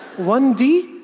one d,